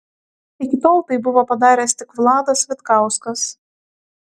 iki tol tai buvo padaręs tik vladas vitkauskas